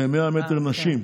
100 מטר נשים.